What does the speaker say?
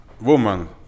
Woman